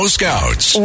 Scouts